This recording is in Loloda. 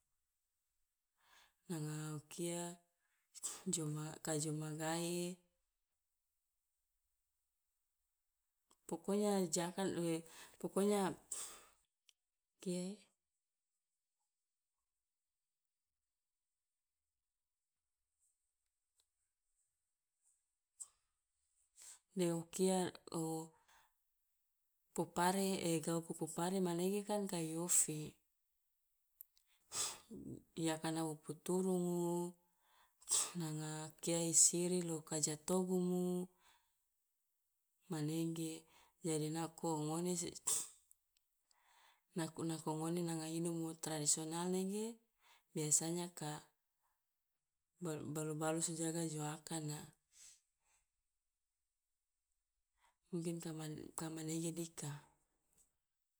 Nanga o kia joma ka jo magae, pokonya ja akan pokonya kia de o kia o popare gauku popare manege kan kai ofi i akana o puturugu nanga kia i siri lo jo ka togumu manege, jadi nako ngone sec- nako nako ngone nanga inomo tradisional nege biasanya ka balu balusu jaga jo akana, mungkin ka man- ka manege dika.